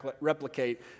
replicate